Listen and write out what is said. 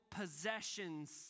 possessions